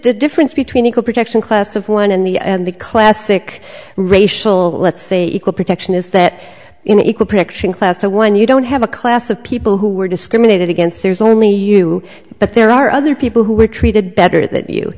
ok difference between equal protection class of one in the and the classic racial let's say equal protection is that you know equal protection class when you don't have a class of people who were discriminated against there's only you but there are other people who are treated better than you